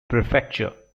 prefecture